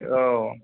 औ